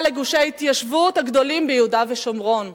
לגושי ההתיישבות הגדולים ביהודה ושומרון.